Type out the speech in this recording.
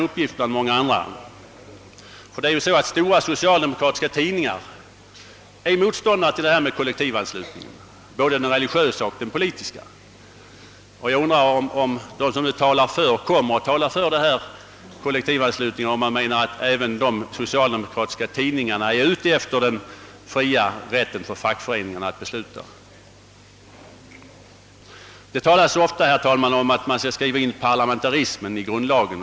Stora socialdemokratiska tidningar är ju motståndare till kollektivanslutningen, både den religiösa och den politiska. Och jag undrar om de som nu talar för kollektivanslutning menar att också de socialdemokratiska tidningarna är ute efter den fria rätten för fackföreningarna att besluta. Det talas ofta, herr talman, om att vi skall skriva in parlamentarismen i grundlagen.